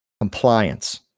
compliance